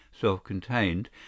self-contained